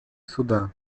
суда